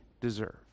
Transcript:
deserve